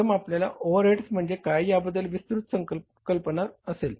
प्रथम आपल्याला ओव्हरहेड्स म्हणजे काय याबद्दल विस्तृत कल्पना असेल